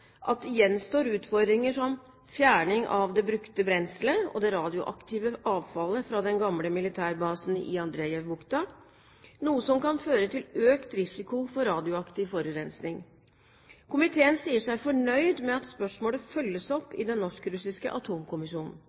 at det gjenstår utfordringer som fjerning av det brukte brenselet og det radioaktive avfallet fra den gamle militærbasen i Andrejevbukta, noe som kan føre til økt risiko for radioaktiv forurensning. Komiteen sier seg fornøyd med at spørsmålet følges opp i den norsk-russiske atomkommisjonen.